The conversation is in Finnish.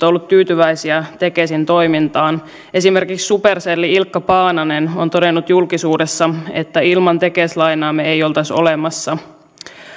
olleet tyytyväisiä tekesin toimintaan esimerkiksi supercellin ilkka paananen on todennut julkisuudessa että ilman tekesin lainaa me ei oltaisi olemassa